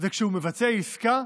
שכאשר הוא מבצע עסקה,